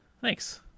Thanks